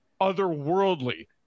otherworldly